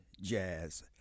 jazz